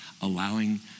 allowing